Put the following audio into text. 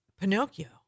Pinocchio